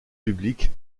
publiques